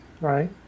right